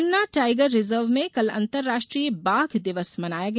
पन्ना tiger reserve में कल अन्तर्राष्ट्रीय बाघ दिवस मनाया गया